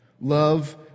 Love